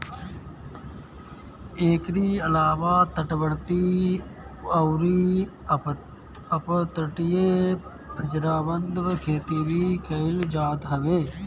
एकरी अलावा तटवर्ती अउरी अपतटीय पिंजराबंद खेती भी कईल जात हवे